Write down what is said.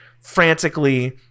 frantically